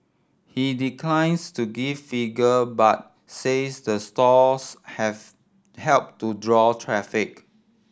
he declines to give figure but says the stores have helped to draw traffic